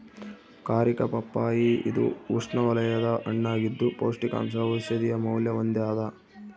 ಕಾರಿಕಾ ಪಪ್ಪಾಯಿ ಇದು ಉಷ್ಣವಲಯದ ಹಣ್ಣಾಗಿದ್ದು ಪೌಷ್ಟಿಕಾಂಶ ಔಷಧೀಯ ಮೌಲ್ಯ ಹೊಂದ್ಯಾದ